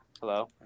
Hello